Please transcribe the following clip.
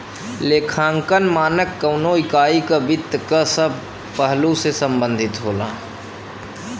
लेखांकन मानक कउनो इकाई क वित्त क सब पहलु से संबंधित होला